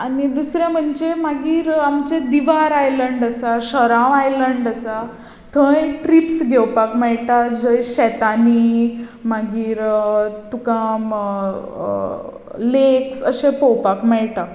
आनी दुसरें म्हणजे मागीर आमचे दिवार आयलंड आसा शरांव आयलंड आसा थंय ट्रिप्स घेवपाक मेळटा जंय शेतांनी मागीर तुका लेक्स अशें पळोवपाक मेळटा